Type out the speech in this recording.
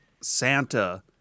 Santa